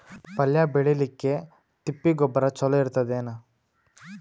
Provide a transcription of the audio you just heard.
ಪಲ್ಯ ಬೇಳಿಲಿಕ್ಕೆ ತಿಪ್ಪಿ ಗೊಬ್ಬರ ಚಲೋ ಇರತದೇನು?